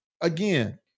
again